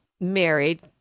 married